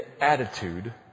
attitude